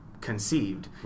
conceived